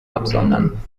absondern